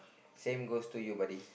same goes to you buddy